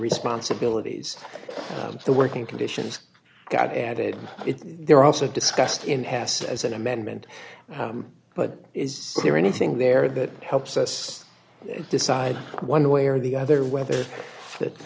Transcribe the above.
responsibilities the working conditions got added there are also discussed in hast as an amendment but is there anything there that helps us decide one way or the other whether